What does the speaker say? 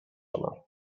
pana